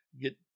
Get